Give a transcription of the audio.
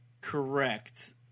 correct